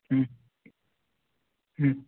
ହୁଁ ହୁଁ